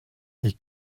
ich